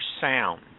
sound